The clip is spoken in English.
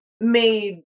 made